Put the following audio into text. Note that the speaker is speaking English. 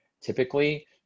typically